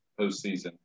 postseason